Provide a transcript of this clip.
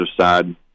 side